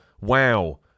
Wow